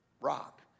rock